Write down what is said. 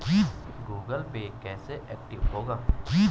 Google Pay कैसे active होगा?